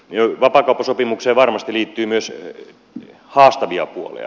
vapaakauppasopimukseen varmasti liittyy myös haastavia puolia